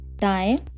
time